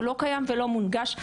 הוא לא קיים ולא מונגש.